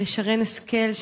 לשרן השכל,